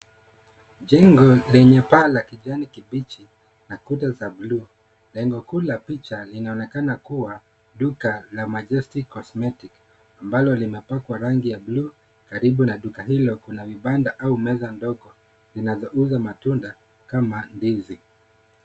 Jengo lenye paa la kijanikibichi na kuta za bluu, lengo kuu la picha inaonekana kuwa duka la majestic cosmetics ambalo limepakwa rangi ya bluu, karibu na duka hilo kuna vibanda au meza ndogo zinazouza matunda kama ndizi.